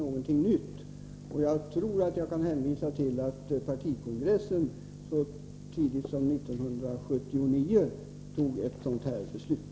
Jag kan hänvisa — 117 april 1984 till att partikongressen så tidigt som 1979 fattade ett beslut i ärendet.